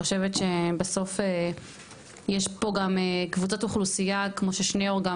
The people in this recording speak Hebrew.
בסוף יש פה גם קבוצות אוכלוסייה כמו ששניאור גם